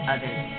Others